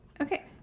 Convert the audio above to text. Okay